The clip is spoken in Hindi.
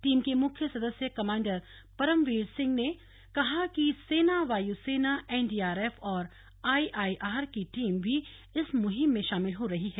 टीम के मुख्य सदस्य कमान्डर परमवीर सिंह ने कहा कि सेना वायु सेना एनडीआरएफ और आईआईआर की टीम भी इस मुहिम में शामिल हो रही है